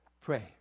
pray